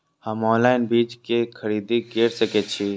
हम ऑनलाइन बीज के खरीदी केर सके छी?